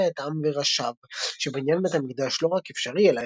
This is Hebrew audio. ולשכנע את העם וראשיו שבניין בית המקדש לא רק אפשרי,